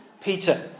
Peter